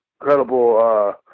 incredible